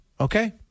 Okay